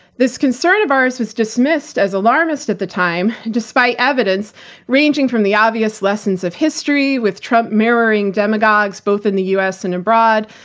this concern of ours was dismissed as alarmist, at the time, despite evidence ranging from the obvious lessons of history, with trump mirroring demagogues, both in the us and abroad,